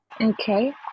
Okay